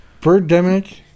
Birdemic